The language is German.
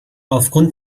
aufgrund